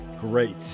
Great